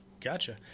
Gotcha